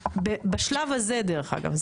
בשלב הזה דרך אגב,